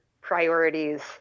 priorities